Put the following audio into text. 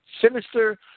sinister